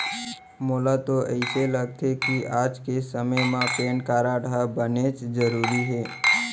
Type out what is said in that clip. मोला तो अइसे लागथे कि आज के समे म पेन कारड ह बनेच जरूरी हे